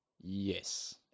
Yes